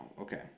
Okay